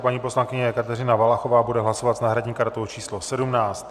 Paní poslankyně Kateřina Valachová bude hlasovat s náhradní kartou číslo 17.